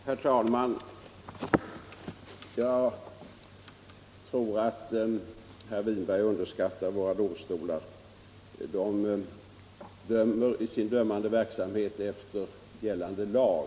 Herr talman! Jag tror att herr Winberg underskattar våra domare. De utövar sin dömande verksamhet efter gällande lag.